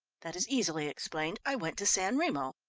that is easily explained. i went to san remo.